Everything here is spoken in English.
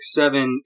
seven